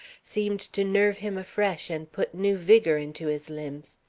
seemed to nerve him afresh and put new vigor into his limbs.